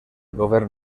govern